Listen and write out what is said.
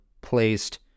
placed